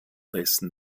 dessen